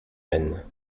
aisne